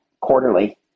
quarterly